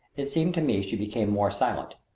it seemed to me she became more silent.